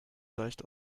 leicht